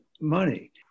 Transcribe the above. money